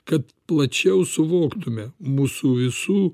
kad plačiau suvoktume mūsų visų